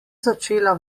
začela